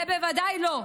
זה בוודאי לא.